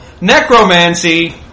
necromancy